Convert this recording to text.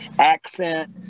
accent